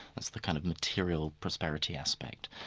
that's the kind of material prosperity aspect.